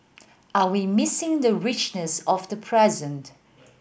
are we missing the richness of the present